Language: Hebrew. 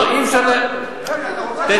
אי-אפשר לנהל, למה אין דבר כזה?